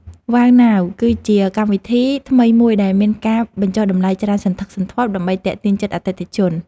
វ៉ៅណាវ គឺជាកម្មវិធីថ្មីមួយដែលមានការបញ្ចុះតម្លៃច្រើនសន្ធឹកសន្ធាប់ដើម្បីទាក់ទាញចិត្តអតិថិជន។